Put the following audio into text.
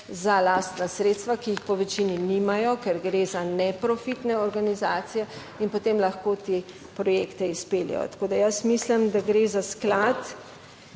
za lastna sredstva, ki jih po večini nimajo, ker gre za neprofitne organizacije in potem lahko te projekte izpeljejo, tako da jaz mislim, da gre za sklad,